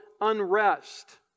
unrest